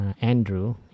Andrew